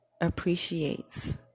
appreciates